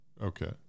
Okay